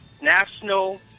national